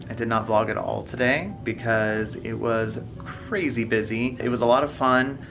and did not vlog at all today because it was crazy busy. it was a lot of fun.